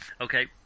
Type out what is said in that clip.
Okay